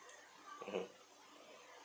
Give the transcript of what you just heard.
mmhmm